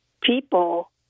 people